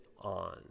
on